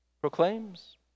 proclaims